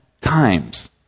times